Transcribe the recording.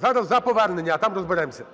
Зараз за повернення, а там розберемося.